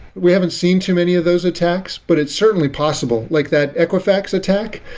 we haven't seen too many of those attacks, but it's certainly possible. like that equifax attack,